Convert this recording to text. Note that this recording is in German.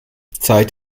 zeit